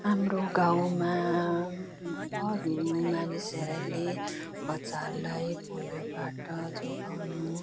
हाम्रो गाउँमा अरू मानिसहरूले बच्चाहरूलाई पोलियोबाट जोगाउनु